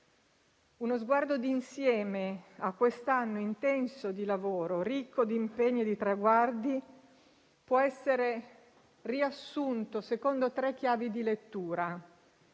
Uno sguardo di insieme a quest'anno intenso di lavoro, ricco di impegni e di traguardi, può essere riassunto secondo tre chiavi di lettura.